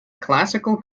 classical